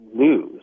lose